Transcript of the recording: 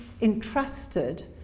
entrusted